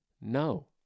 No